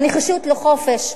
הנחישות לחופש,